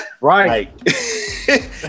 right